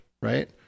right